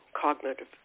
cognitive